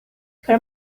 her